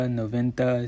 noventa